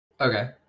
Okay